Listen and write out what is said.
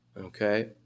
Okay